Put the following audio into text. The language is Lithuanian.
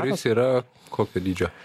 kuris yra kokio dydžio